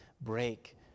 break